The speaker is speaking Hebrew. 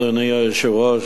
אדוני היושב-ראש,